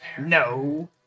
No